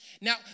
Now